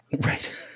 Right